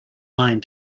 mind